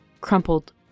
crumpled